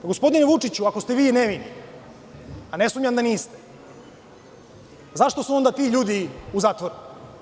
Gospodine Vučiću, ako ste vi nevini, a ne sumnjam da niste, zašto su onda ti ljudi u zatvoru?